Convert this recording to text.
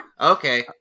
okay